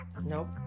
Nope